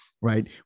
right